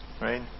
right